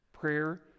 Prayer